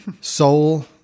Soul